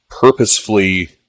purposefully